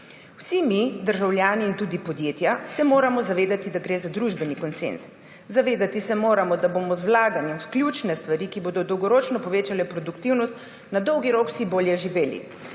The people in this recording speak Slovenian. Vsi mi, državljani in tudi podjetja se moramo zavedati, da gre za družbeni konsenz. Zavedati se moramo, da bomo z vlaganjem v ključne stvari, ki bodo dolgoročno povečale produktivnost, na dolgi rok vsi bolje živeli,